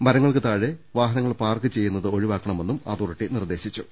മരങ്ങൾക്ക് താഴെ വാഹ നങ്ങൾ പാർക്ക് ചെയ്യുന്നത് ഒഴിവാക്കണമെന്നും അതോറിറ്റി നിർദ്ദേശിച്ചു